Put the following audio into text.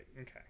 Okay